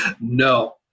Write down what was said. No